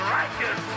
righteous